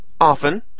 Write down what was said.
Often